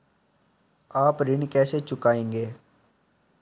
आप ऋण कैसे चुकाएंगे?